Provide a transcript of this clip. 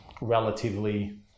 relatively